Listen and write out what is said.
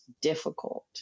difficult